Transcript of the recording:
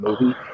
movie